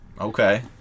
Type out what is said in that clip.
Okay